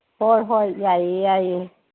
ꯍꯣꯏ ꯍꯣꯏ ꯌꯥꯏꯌꯦ ꯌꯥꯏꯌꯦ